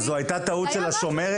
אז זאת הייתה טעות של השומרת?